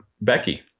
Becky